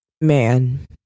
man